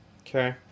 Okay